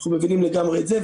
אנחנו מבינים לגמרי את זה.